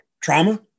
trauma